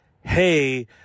hey